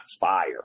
fire